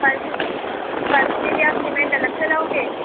फर्श फर्श के लिए आप सीमेंट अलग से लाओगे